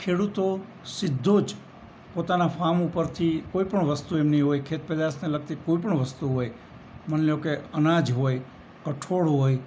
ખેડૂતો સીધો જ પોતાનાં ફામ ઉપરથી કોઈ પણ વસ્તુ એમની હોય ખેત પેદાશને લગતી કોઈ પણ વસ્તુ હોય માની લો કે અનાજ હોય કઠોળ હોય